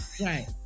Right